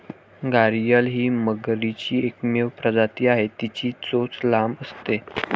घारीअल ही मगरीची एकमेव प्रजाती आहे, तिची चोच लांब असते